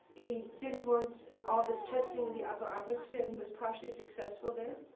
he didn't want ah this testing in the upper atmosphere, and he was partially successful there.